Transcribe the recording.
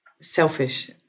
selfish